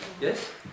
yes